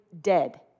dead